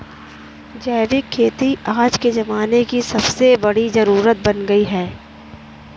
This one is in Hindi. जैविक खेती आज के ज़माने की सबसे बड़ी जरुरत बन गयी है